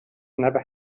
never